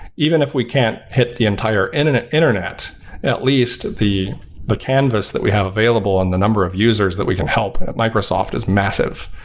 even if we can't hit the entire and and internet, at least the the canvas that we have available on the number of users that we can help at microsoft is massive.